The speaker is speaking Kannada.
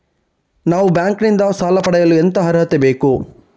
ನಾವು ಬ್ಯಾಂಕ್ ನಿಂದ ಸಾಲ ಪಡೆಯಲು ಎಂತ ಅರ್ಹತೆ ಬೇಕು?